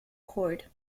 cord